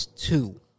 two